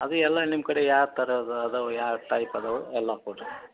ಅದು ಎಲ್ಲ ನಿಮ್ಮ ಕಡೆ ಯಾವ್ತರದ್ದು ಅದಾವ್ ಯಾವ ಟೈಪ್ ಅದಾವ ಎಲ್ಲ ಕೊಡಿರಿ